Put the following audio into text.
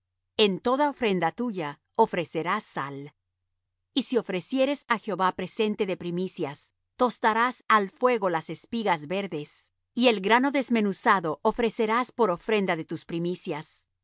en toda ofrenda tuya ofrecerás sal y si ofrecieres á jehová presente de primicias tostarás al fuego las espigas verdes y el grano desmenuzado ofrecerás por ofrenda de tus primicias